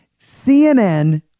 CNN